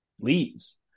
leaves